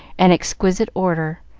and exquisite order.